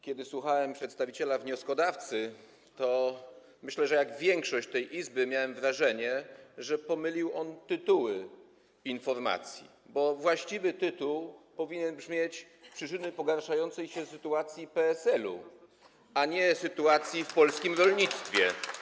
Kiedy słuchałem przedstawiciela wnioskodawców, to - myślę, że jak większość tej Izby - miałem wrażenie, że pomylił on tytuły informacji, bo właściwy tytuł powinien brzmieć: przyczyny pogarszającej się sytuacji PSL-u, a nie sytuacji w polskim rolnictwie.